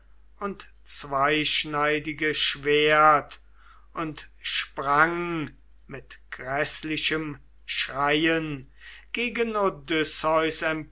und zweischneidige schwert und sprang mit gräßlichem schreien gegen